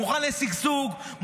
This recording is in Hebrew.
מוכן לשגשוג,